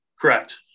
Correct